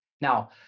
Now